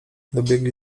dobiegli